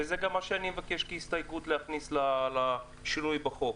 וזה גם מה שאני מבקש כהסתייגות להכניס לשינוי בחוק.